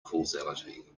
causality